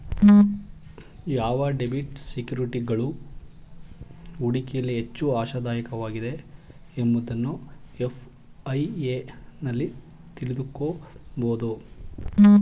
ಯಾವ ಡೆಬಿಟ್ ಸೆಕ್ಯೂರಿಟೀಸ್ಗಳು ಹೂಡಿಕೆಯಲ್ಲಿ ಹೆಚ್ಚು ಆಶಾದಾಯಕವಾಗಿದೆ ಎಂಬುದನ್ನು ಎಫ್.ಐ.ಎ ನಲ್ಲಿ ತಿಳಕೋಬೋದು